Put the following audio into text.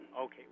Okay